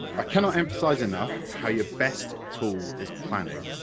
i cannot emphasise enough how your best tool is planning.